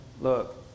look